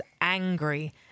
angry